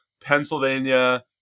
Pennsylvania